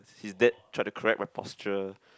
his dad tried to correct my posture